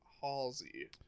halsey